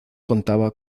contaba